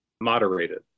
moderated